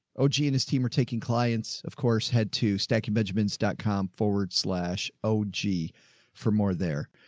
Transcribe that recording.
oh gee and his team are taking clients, of course, head to stacking benjamins dot com forward slash o g for more there.